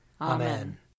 Amen